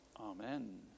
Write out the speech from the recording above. Amen